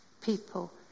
People